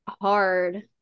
hard